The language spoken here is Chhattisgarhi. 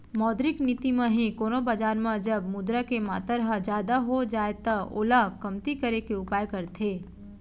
मौद्रिक नीति म ही कोनो बजार म जब मुद्रा के मातर ह जादा हो जाय त ओला कमती करे के उपाय करथे